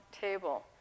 table